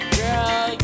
girl